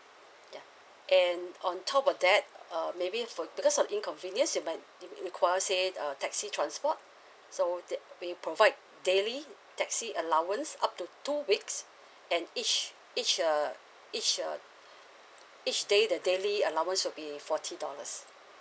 ya and on top of that uh maybe for because of the inconvenience you might uh require let say uh taxi transport so that we provide daily taxi allowance up to two weeks and each each uh each uh each day the daily allowance will be forty dollars